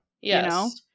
Yes